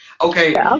okay